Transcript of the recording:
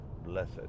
blessed